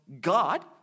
God